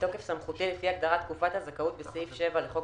בתוקף סמכותי לפי הגדרת "תקופת הזכאות" בסעיף 7 לחוק